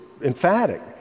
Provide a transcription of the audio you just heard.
emphatic